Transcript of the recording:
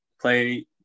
play